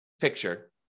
picture